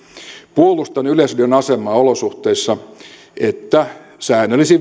puolustan yleisradion asemaa olosuhteissa joissa säännöllisin